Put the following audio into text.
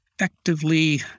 effectively